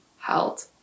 held